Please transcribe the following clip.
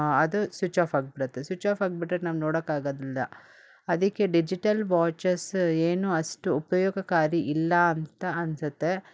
ಅದು switch off ಆಗಿಬಿಡತ್ತೆ switch off ಆಗಿಬಿಟ್ರೆ ನಾವು ನೋಡೋಕ್ಕಾಗದಿಲ್ಲ ಅದಕ್ಕೆ ಡಿಜಿಟಲ್ ವಾಚಸ್ ಏನು ಅಷ್ಟು ಉಪಯೋಗಕಾರಿ ಇಲ್ಲ ಅಂತ ಅನ್ಸುತ್ತೆ